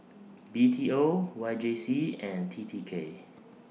B T O Y J C and T T K